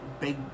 big